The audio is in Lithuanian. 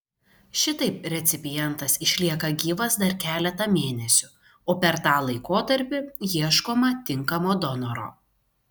šitaip recipientas išlieka gyvas dar keletą mėnesių o per tą laikotarpį ieškoma tinkamo donoro